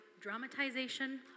dramatization